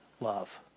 love